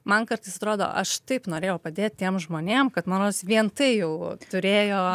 man kartais atrodo aš taip norėjau padėt tiem žmonėm kad man rodos vien tai jau turėjo